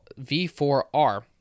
V4R